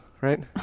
right